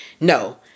No